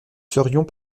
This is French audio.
serions